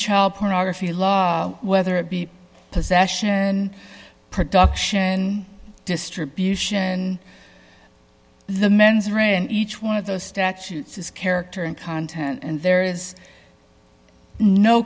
child pornography law whether it be possession production distribution the mens rea and each one of those statutes is character and content and there is no